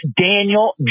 Daniel